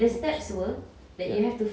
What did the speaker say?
!oops! ya